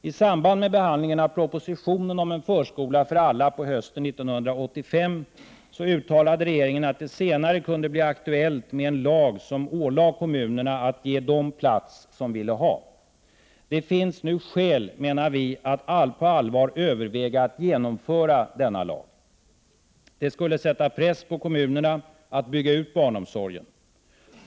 I samband med behandlingen hösten 1985 av propositionen om en förskola för alla uttalade regeringen att det senare kunde bli aktuellt med en lag som ålade kommunerna att ge dem plats som ville ha. Det finns nu skäl, menar vi, att på allvar överväga att genomföra denna lag. Det skulle sätta press på kommunerna att bygga ut barnomsorgen.